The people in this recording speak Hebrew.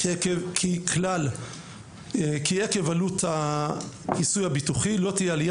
כי עקב עלות הכיסוי הביטוחי לא תהיה עלייה